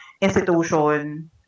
institution